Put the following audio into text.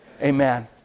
amen